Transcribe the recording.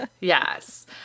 yes